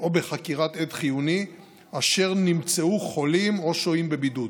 או בחקירת עד חיוני אשר נמצאו חולים או שוהים בבידוד.